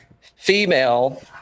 female